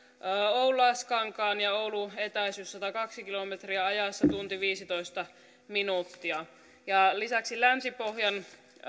oulaskankaan ja oulun etäisyys on satakaksi kilometriä ajassa tunti viisitoista minuuttia lisäksi länsi pohjan